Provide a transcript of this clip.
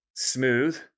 Smooth